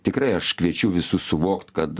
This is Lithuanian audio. tikrai aš kviečiu visus suvokt kad